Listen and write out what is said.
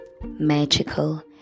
magical